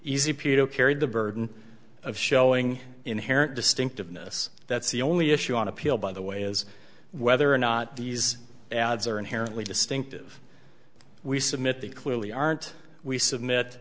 easy pito carried the burden of showing inherent distinctiveness that's the only issue on appeal by the way is whether or not these ads are inherently distinctive we submit they clearly aren't we submit